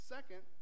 Second